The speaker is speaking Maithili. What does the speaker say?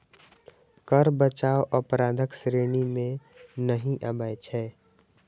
कर बचाव अपराधक श्रेणी मे नहि आबै छै